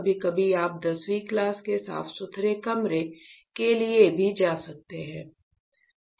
कभी कभी आप 10वीं क्लास के साफ सुथरे कमरे के लिए भी जा सकते हैं